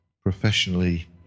professionally